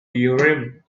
urim